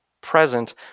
present